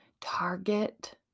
Target